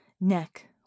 neck